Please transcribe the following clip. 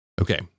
Okay